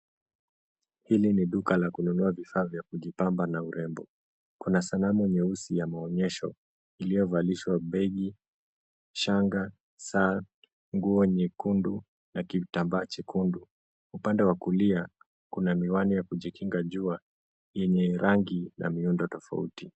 Hili ni duka la kununua vifaa vya kujipamba na urembo. Kuna sanamu nyeusi ya maonyesho, iliyovalishwa begi, shanga, saa, nguo nyekundu na kitambaa chekundu. Upande wa kulia kuna miwani ya kujikinga jua yenye rangi na miundo tofauti.